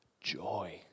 joy